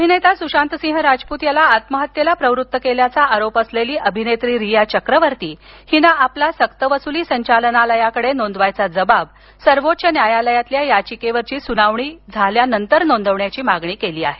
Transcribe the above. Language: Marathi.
अभिनेता सुशांत सिंह राजपूत याला आत्महत्येस प्रवृत्त करण्याचा आरोप असलेली अभिनेत्री रिया चक्रवर्ती हिने सक्तवसुली संचनालायाकडे नोंदवायचा जबाब सर्वोच्च न्यायालयातील याचिकेवरील सुनावणी नंतर नोंदवण्याची मागणी केली आहे